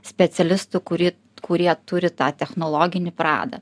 specialistų kurį kurie turi tą technologinį pradą